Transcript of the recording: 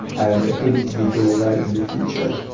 and if they need to be bailed out in the future,